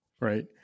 right